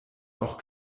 auch